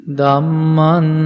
dhamman